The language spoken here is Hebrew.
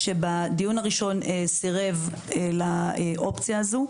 בדיון הראשון הוא סירב לאופציה הזאת,